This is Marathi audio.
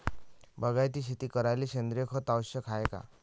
बागायती शेती करायले सेंद्रिय खत आवश्यक हाये का?